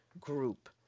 group